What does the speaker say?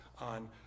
on